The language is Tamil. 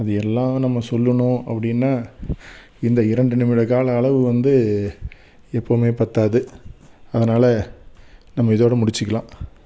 அது எல்லாம் நம்ம சொல்லணும் அப்படின்னா இந்த இரண்டு நிமிடக்கால அளவு வந்து எப்பவுமே பற்றாது அதனால நம்ம இதோடு முடிச்சுக்கலாம்